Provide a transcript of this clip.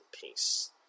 peace